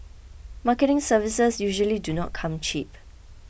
marketing services usually do not come cheap